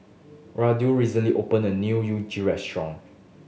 Rudolf recently opened a new Unagi restaurant